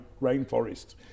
rainforest